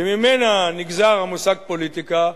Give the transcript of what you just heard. שממנה נגזר המושג פוליטיקה,